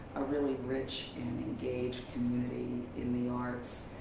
a really rich and engaged community, in the arts.